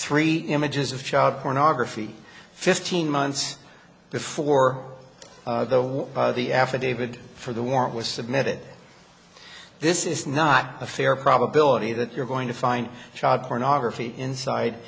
three images of child pornography fifteen months before the war the affidavit for the warrant was submitted this is not a fair probability that you're going to find the child pornography inside